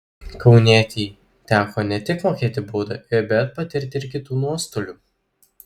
kaunietei teko ne tik mokėti baudą bet patirti ir kitų nuostolių